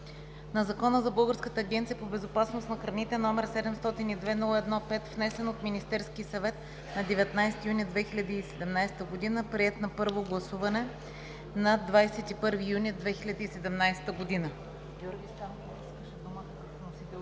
на Закона за Българската агенция по безопасност на храните, № 702-01-5, внесен от Министерския съвет на 19 юни 2017 г., приет на първо гласуване на 21 юни 2017 г.“